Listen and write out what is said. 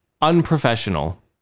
unprofessional